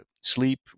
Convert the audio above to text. sleep